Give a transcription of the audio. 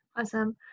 Awesome